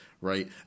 right